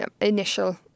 initial